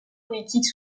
politique